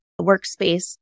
workspace